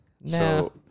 No